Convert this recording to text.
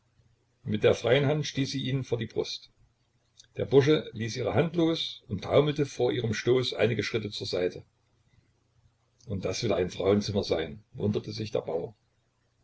mit der freien hand stieß sie ihn vor die brust der bursche ließ ihre hand los und taumelte vor ihrem stoß einige schritte zur seite und das will ein frauenzimmer sein wunderte sich der bauer